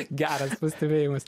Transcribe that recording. geras pastebėjimas